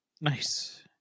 Nice